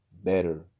better